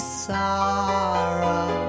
sorrow